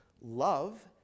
love